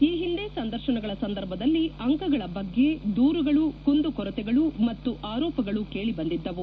ಈ ಹಿಂದೆ ಸಂದರ್ಶನಗಳ ಸಂದರ್ಭದಲ್ಲಿ ಅಂಕಗಳ ಬಗ್ಗೆ ದೂರುಗಳು ಕುಂದುಕೊರತೆಗಳು ಮತ್ತು ಆರೋಪಗಳು ಕೇಳಿ ಬಂದಿದ್ದವು